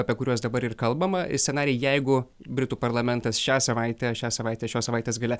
apie kuriuos dabar ir kalbama ir scenarijai jeigu britų parlamentas šią savaitę šią savaitę šios savaitės gale